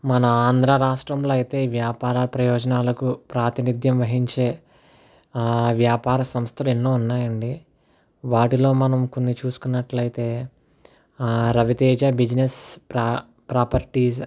మన ఆంధ్రరాష్ట్రంలో అయితే వ్యాపార ప్రయోజనాలకు ప్రాతినిధ్యం వహించే వ్యాపార సంస్థలు ఎన్నో ఉన్నాయండీ వాటిలో మనం కొన్ని చూసుకున్నట్లైతే రవితేజ బిజినెస్ ప్రా ప్రాపర్టీస్